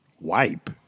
Wipe